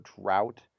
drought